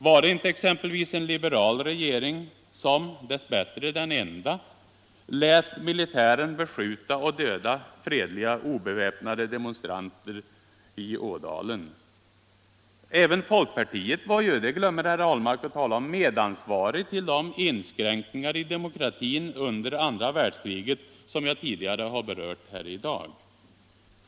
Var det inte exempelvis en liberal regering — dess bättre den enda - som lät militären beskjuta och döda fredliga och obeväpnade demonstranter i Ådalen? Även folkpartiet var ju — det glömmer herr Ahlmark att tala om — medansvarig till de inskränkningar i demokratin under andra världskriget som jag tidigare har berört här i dag.